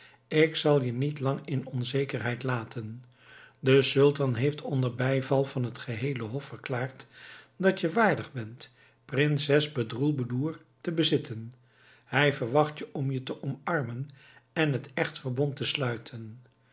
ik zal je niet lang in onzekerheid laten de sultan heeft onder bijval van het heele hof verklaard dat je waardig bent prinses bedroelboedoer te bezitten hij verwacht je om je te omarmen en het echtverbond te sluiten